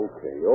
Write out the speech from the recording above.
Okay